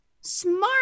smart